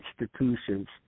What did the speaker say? institutions